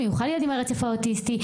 במיוחד ילדים על הרצף האוטיסטי.